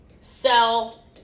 sell